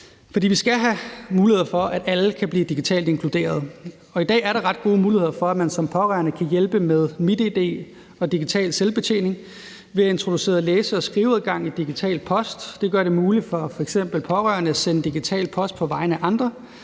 Vi skal have muligheder for, at alle kan blive digitalt inkluderet. I dag er der ret gode muligheder for, at man som pårørende kan hjælpe med MitID og digital selvbetjening. Vi har introduceret læse- og skriveadgang i Digital Post, der gør det muligt for f.eks. pårørende at sende digital post på vegne af andre.